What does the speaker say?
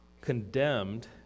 condemned